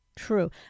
true